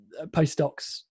postdocs